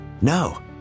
No